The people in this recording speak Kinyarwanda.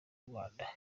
rwanda